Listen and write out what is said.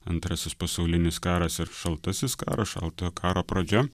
antrasis pasaulinis karas ir šaltasis karas šaltojo karo pradžia